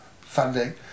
funding